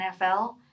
NFL